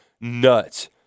nuts